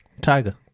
Tiger